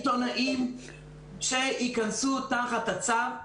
אנחנו מבקשים שהם ייכנסו תחת הצו.